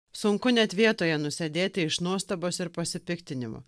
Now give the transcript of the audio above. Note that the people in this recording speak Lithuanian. sunku net vietoje nusėdėti iš nuostabos ir pasipiktinimo